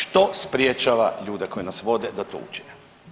Što sprječava ljude koji nas vode da to učine?